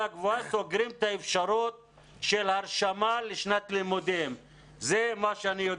הגבוהה סוגרים את האפשרות להרשמה לשנת הלימודים הבאה.